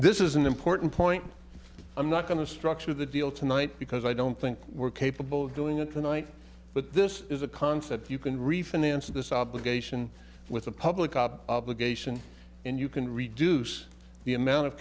this is an important point i'm not going to structure the deal tonight because i don't think we're capable of doing it tonight but this is a concept you can refinance this obligation with a public up obligation and you can reduce the amount of